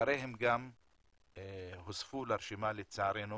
אחריהם גם הוספו לרשימה, לצערנו,